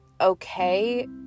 okay